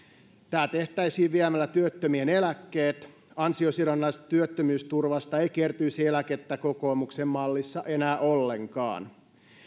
tämä tehtäisiin viemällä työttömien eläkkeet ansiosidonnaisesta työttömyysturvasta ei kertyisi eläkettä kokoomuksen mallissa enää ollenkaan